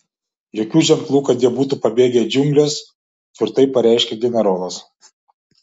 jokių ženklų kad jie būtų pabėgę į džiungles tvirtai pareiškė generolas